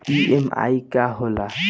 EMI का होला?